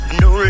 no